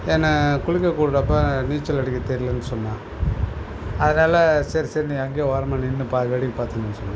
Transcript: என்னை குளிக்க கூப்பிட்டப்ப நான் நீச்சல் அடிக்க தெரிலன் சொன்னேன் அதனால் சரி சரி நீ அங்கேயே ஓரமாக நின்று பாரு வேடிக்கை பார்த்துனுரு சொன்னாங்க